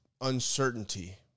uncertainty